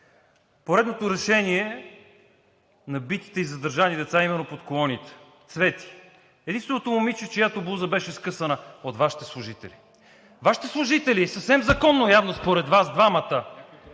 поредното решение за битите и задържани деца именно под колоните. Цвети – единственото момиче, чиято блуза беше скъсана от Вашите служители. Вашите служители съвсем законно, явно според Вас двамата,